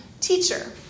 teacher